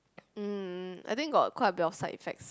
um I think got quite a bit of side effects